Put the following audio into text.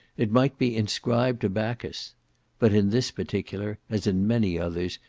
it might be inscribed to bacchus but in this particular, as in many others,